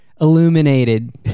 illuminated